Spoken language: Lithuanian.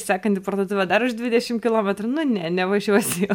sekanti parduotuvė dar už dvidešim kilometrų nu ne nevažiuosiu jau